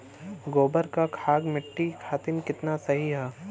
गोबर क खाद्य मट्टी खातिन कितना सही ह?